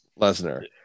Lesnar